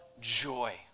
joy